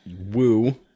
woo